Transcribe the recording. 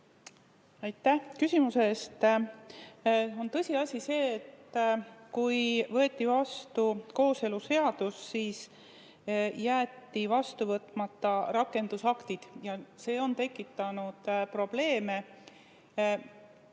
Aitäh küsimuse eest! On tõsiasi, et kui võeti vastu kooseluseadus, siis jäeti vastu võtmata rakendusaktid ja see on tekitanud probleeme,